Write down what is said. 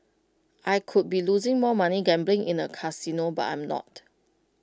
I could be losing more money gambling in A casino but I'm not